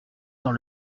dans